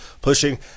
pushing